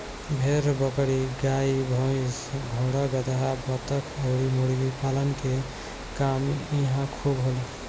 भेड़ बकरी, गाई भइस, घोड़ा गदहा, बतख अउरी मुर्गी पालन के काम इहां खूब होला